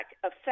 affect